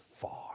far